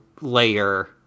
layer